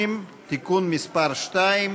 30) (תיקון מס' 2),